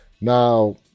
Now